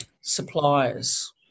suppliers